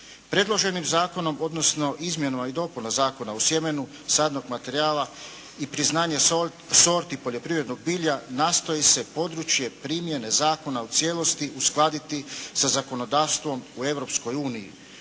Predloženim zakonom odnosno izmjenama i dopunama Zakona o sjemenu, sadnog materijala i priznavanje sorti poljoprivrednog bilja nastoji se područje primjene zakona u cijelosti uskladiti sa zakonodavstvom u